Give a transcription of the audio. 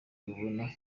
ubona